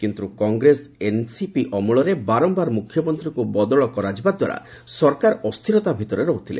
କିନ୍ତୁ Congress NCP ଅମଳରେ ବାରମ୍ଭାର ମୁଖ୍ୟମନ୍ତ୍ରୀଙ୍କୁ ବଦଳ କରାଯିବା ଦ୍ୱାରା ସରକାର ଅସ୍ଥିରତା ଭିତରେ ରହୁଥିଲେ